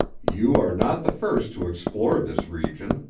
you are not the first to explore this region,